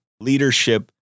leadership